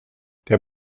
der